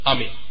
Amen